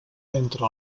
entre